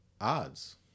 odds